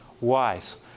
wise